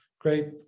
great